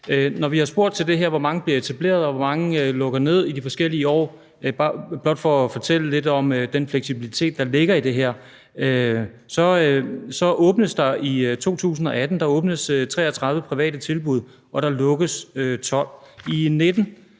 Når vi har spurgt til det her om, hvor mange der bliver etableret, og hvor mange der lukker ned i de forskellige år, er det blot for at fortælle lidt om den fleksibilitet, der ligger i det her. I 2018 åbnes der 33 private tilbud, og der lukkes 12. I 2019